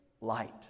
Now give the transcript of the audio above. light